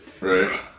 Right